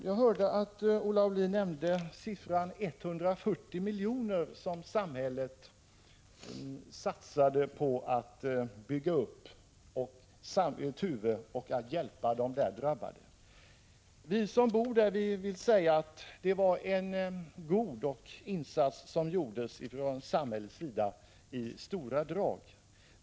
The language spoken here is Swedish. Jag hörde att Olle Aulin nämnde beloppet 140 milj.kr., som samhället hade satsat för att bygga upp Tuve och hjälpa de där drabbade. Vi som bor där vill säga att det i stora drag var en god insats som gjordes av samhället.